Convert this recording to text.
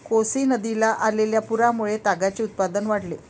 कोसी नदीला आलेल्या पुरामुळे तागाचे उत्पादन वाढले